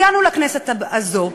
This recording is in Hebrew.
הגענו לכנסת הזאת,